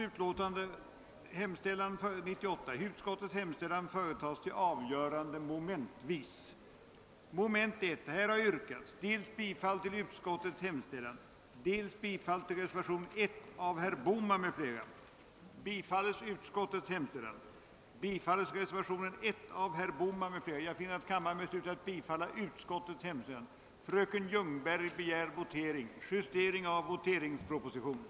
Frågan om förhandlingar har inte ventilerats, och vi har inte heller fått en chans att i utskottet diskutera saken. I stället har det blivit en interpellationsdebatt i kammaren. Som representant för utskottsmajoriteten är jag något förvånad.